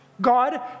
God